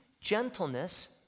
gentleness